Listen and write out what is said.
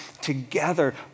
together